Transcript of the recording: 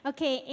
Okay